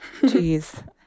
Jeez